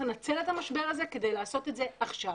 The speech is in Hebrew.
לנצל את המשבר הזה כדי לעשות את זה עכשיו.